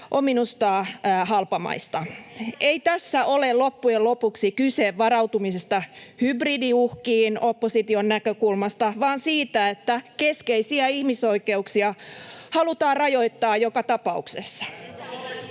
Antikaisen välihuuto] Ei tässä ole loppujen lopuksi kyse varautumisesta hybridiuhkiin opposition näkökulmasta vaan siitä, että keskeisiä ihmisoikeuksia halutaan rajoittaa joka tapauksessa.